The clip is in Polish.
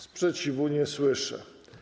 Sprzeciwu nie słyszę.